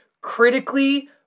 critically